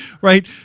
right